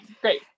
Great